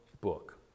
book